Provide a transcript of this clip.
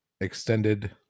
extended